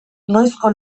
noizko